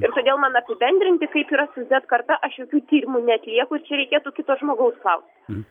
ir todėl man apibendrinti kaip yra su zet karta aš jokių tyrimų netekusi reikėtų kito žmogaus klaust